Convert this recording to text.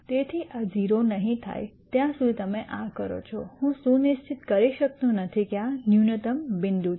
તેથી આ 0 નહીં થાઈ ત્યાં સુધી તમે આ કરો છો હું સુનિશ્ચિત કરી શકતો નથી કે આ ન્યૂનતમ બિંદુ છે